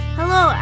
Hello